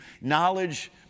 Knowledge